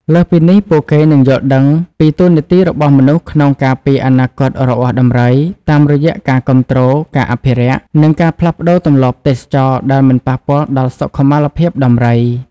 លើសពីនេះ ពួកគេនឹងយល់ដឹងពី តួនាទីរបស់មនុស្សក្នុងការពារអនាគតរបស់ដំរី តាមរយៈការគាំទ្រការអភិរក្ស និងការផ្លាស់ប្តូរទម្លាប់ទេសចរណ៍ដែលមិនប៉ះពាល់ដល់សុខុមាលភាពដំរី។